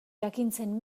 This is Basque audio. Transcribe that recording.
jakintzen